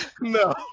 No